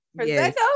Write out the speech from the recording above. Prosecco